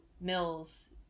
Mills